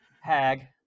Hag